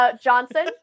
Johnson